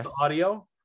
audio